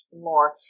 more